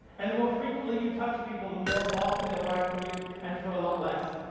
and the more frequently you touch people, the more often they'll buy from you, and for a lot less